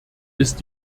ist